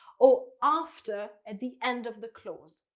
or after at the end of the clause.